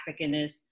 Africanness